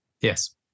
Yes